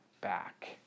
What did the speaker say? back